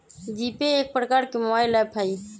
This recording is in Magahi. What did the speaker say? जीपे एक प्रकार के मोबाइल ऐप हइ